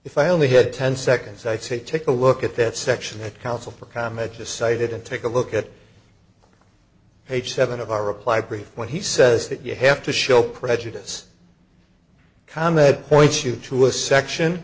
if i only had ten seconds i have to take a look at that section that counsel for comment just cited and take a look at page seven of our reply brief when he says that you have to show prejudice con ed points you to a section